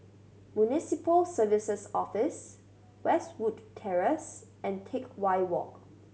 Municipal Services Office Westwood Terrace and Teck Whye Walk